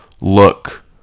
look